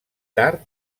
tard